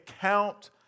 count